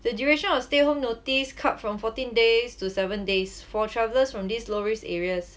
the duration of stay home notice cut from fourteen days to seven days for travellers from this low risk areas